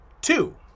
Two